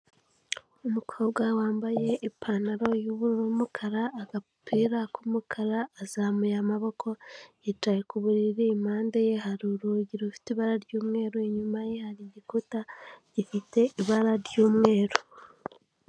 Umukobwa wambaye ipantaro y'ubururu n'umukara agapira k'umukara azamuye amaboko yicaye ku buriri impande ye hari urugi rufite ibara ry'umweru inyuma ye hari igikuta gifite ibara ry'umweru.